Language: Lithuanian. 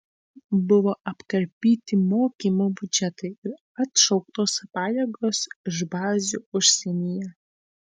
buvo apkarpyti mokymo biudžetai ir atšauktos pajėgos iš bazių užsienyje